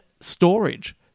storage